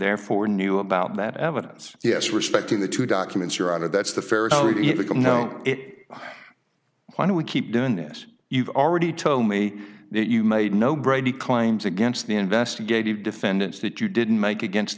therefore knew about that evidence yes respecting the two documents are out of that's the fair or even known it why do we keep doing this you've already told me that you made no brady claims against the investigative defendants that you didn't make against